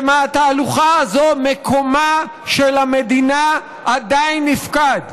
ומהתהלוכה הזאת מקומה של המדינה עדיין נפקד,